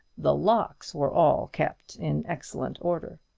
the locks were all kept in excellent order.